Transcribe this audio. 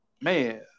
man